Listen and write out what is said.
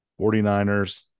49ers